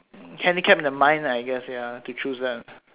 handicapped in the mind lah I guess ya to choose that